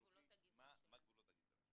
מה הן גבולות הגזרה שלו.